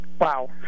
wow